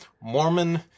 Mormon